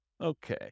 Okay